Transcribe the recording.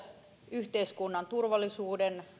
yhteiskunnan turvallisuuden